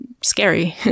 scary